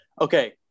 Okay